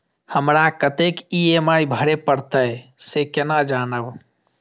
हमरा कतेक ई.एम.आई भरें परतें से केना जानब?